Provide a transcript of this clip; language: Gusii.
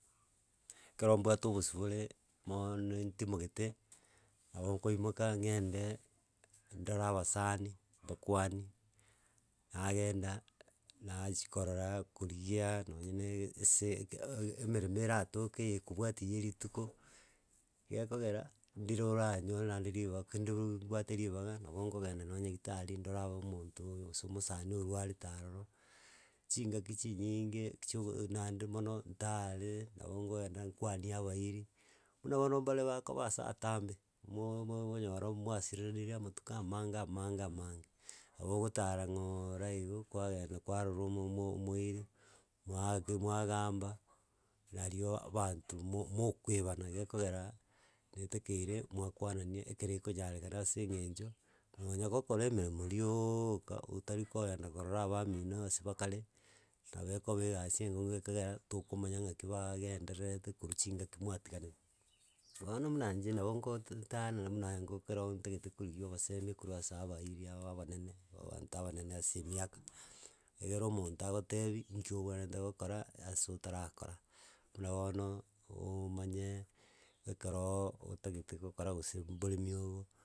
Ekero mbwate obosibore mooono ntimogete nabo nkoimoka ng'endee ndore abasani mbakwanie nagenda nachia korora korigia nonye naaa ase eke eh emeremo eratoke ya ekobwatia ya rituko gekogera ndire oranyore naende rigo aki kende ruu mbwate ribaga nabo nkogenda nonye nyagetari ndore aba omonto oyo gose omosani orwarete aroro, chingaki chinyinge chiogo naende mono ntare nabo nkoenda nkwanie abairi, buna bono mbare bakoba ase atambe, moooo mo monyora mwasirirenari amatuko amange amange amange, nabo ogotara ng'oooora igo, kwagenda kwarora omo omo omoiri mwake mwagamba nario abanto mo mokoebana gekogera, etakeire mwakwanania ekere ekonyarekana ase eng'encho nonya gokora emeremo riiiiiiioka, otari koenda korora abamino ase bakare, nabo ekoba egasi enkong'u gekogera tokomanya ng'aki bagendererete korwa chingaki mwatiganete. Bono muna inche nabo ngotetanera buna engo ekero ntagete korigia obosemi korwa ase abairi aba abanene abanto abanene ae emiaka egere omonto agotebi nki obwenerete gokora ase otarakora. Buna bono oooomanye ekeroooo, otagete gokora gose mboremi obo.